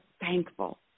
thankful